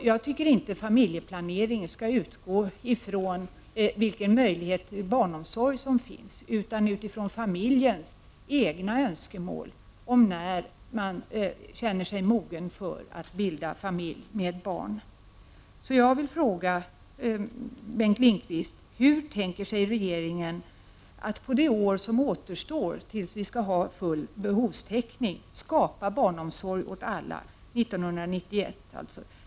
Jag tycker inte att familjeplanering skall utgå ifrån vilken möjlighet till barnomsorg som finns utan från familjens egna önskemål om när man känner sig mogen för att bilda familj med barn. Så jag vill fråga Bengt Lindqvist: Hur tänker sig regeringen att på det år som återstår tills vi skall ha full behovstäckning skapa barnomsorg åt alla, 1991 alltså?